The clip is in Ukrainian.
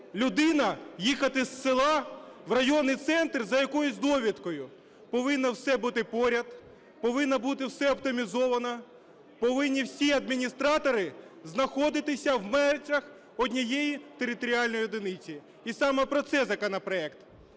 людина їхати з села в районний центр за якоюсь довідкою. Повинно все бути поряд, повинно все бути оптимізовано, повинні всі адміністратори знаходитися в межах однієї територіальної одиниці, і саме про це законопроект.